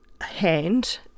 hand